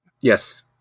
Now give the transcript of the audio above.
Yes